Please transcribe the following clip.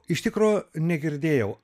iš tikro negirdėjau